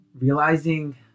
realizing